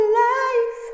life